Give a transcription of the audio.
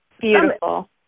Beautiful